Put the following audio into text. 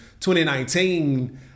2019